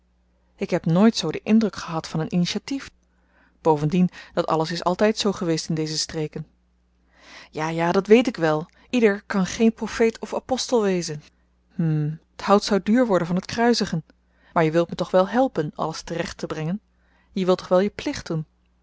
ik heb nooit zoo den indruk gehad van een initiatief bovendien dat alles is altyd zoo geweest in deze streken ja ja dat weet ik wel ieder kan geen profeet of apostel wezen hm t hout zou duur worden van t kruisigen maar je wilt me toch wel helpen alles te-recht te brengen je wilt toch wel je plicht doen